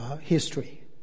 History